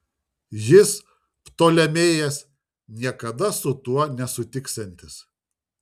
jis ptolemėjas niekada su tuo nesutiksiantis